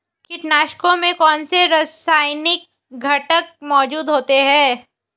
कीटनाशकों में कौनसे रासायनिक घटक मौजूद होते हैं?